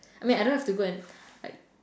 I mean I don't have to go and like